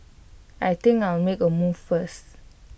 I think I'll make A move first